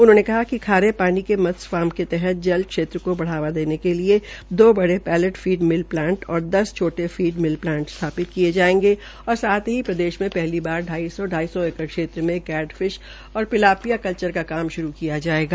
उन्होंने कहा कि खारे पानी के मत्स्य फार्म् के तहत जल क्षेत्र को बढ़ाने के लिए दो बड़े पैलेट फीड़ मिल प्लाट और दस छोटे फीड प्लांट स्थापित किये जायेंगे और साथ ही प्रदेश में पहली बार ढाई सौ एकड़ क्षेत्र में कैड़ फिश और पिलापिया कल्चर का काम श्रू किया जायेगा